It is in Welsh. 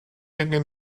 angen